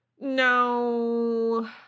no